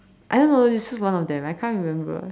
I don't know it's one of them I can't remember